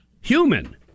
human